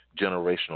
generational